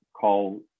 call